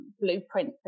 blueprint